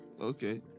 Okay